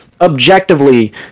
objectively